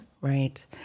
Right